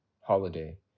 holiday